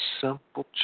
simple